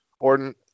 Orton